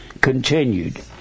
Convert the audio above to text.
continued